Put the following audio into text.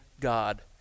God